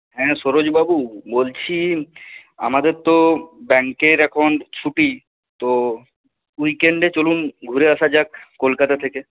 হ্যাঁ সরোজবাবু বলছি আমাদের তো ব্যাঙ্কের এখন ছুটি তো উইকেন্ডে চলুন ঘুরে আসা যাক কলকাতা থেকে